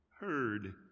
heard